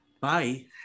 Bye